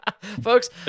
Folks